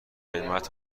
قیمت